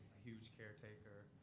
huge caretaker.